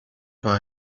buy